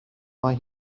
mae